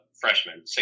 freshman